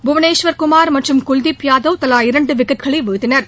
புவனேஸ்குமார் மற்றும் குல்தீப் யாதவ் தலா இரண்டு விக்கெட்களை வீழ்த்தினர்